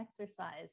exercise